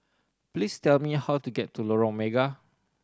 please tell me how to get to Lorong Mega